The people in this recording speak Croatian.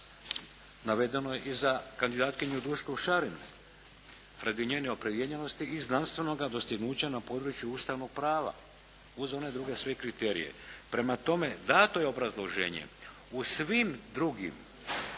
Navedeno je i za kandidatkinju Dušku Šarin, radi njene opredijeljenosti i znanstvenoga dostignuća na području ustavnog prava uz one druge sve kriterije. Prema tome, dato je obrazloženje u svim drugim